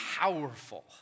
powerful